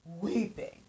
weeping